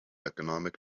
economic